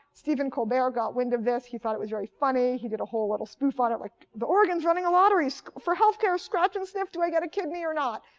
steven colbert got wind of this. he thought it was very funny. he did a whole little spoof on it like oregon is running a lottery for health care. scratch and sniff, do i get a kidney or not?